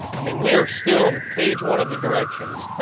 i mean, we are still on page one of the directions.